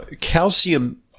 calcium